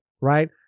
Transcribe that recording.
right